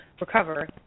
recover